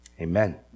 amen